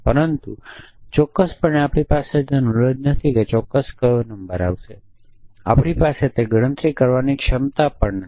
પરંતુ ચોક્કસપણે આપણી પાસે તે નોલેજ નથી કે ચોક્કસ ક્યો નંબર આવશે અને આપની પાસે તે ગણતરી કરવાની ક્ષમતા પણ નથી